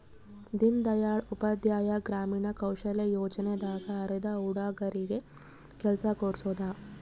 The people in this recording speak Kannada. ದೀನ್ ದಯಾಳ್ ಉಪಾಧ್ಯಾಯ ಗ್ರಾಮೀಣ ಕೌಶಲ್ಯ ಯೋಜನೆ ದಾಗ ಅರೆದ ಹುಡಗರಿಗೆ ಕೆಲ್ಸ ಕೋಡ್ಸೋದ